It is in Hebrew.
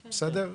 בסדר?